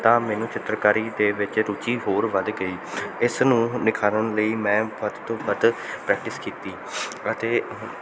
ਤਾਂ ਮੈਨੂੰ ਚਿੱਤਰਕਾਰੀ ਦੇ ਵਿੱਚ ਰੁਚੀ ਹੋਰ ਵਧ ਗਈ ਇਸ ਨੂੰ ਨਿਖਾਰਨ ਲਈ ਮੈਂ ਵੱਧ ਤੋਂ ਵੱਧ ਪ੍ਰੈਕਟਿਸ ਕੀਤੀ ਅਤੇ